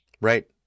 Right